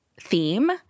theme